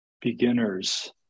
beginners